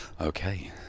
Okay